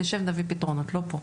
נשב, נביא פתרונות, לא פה.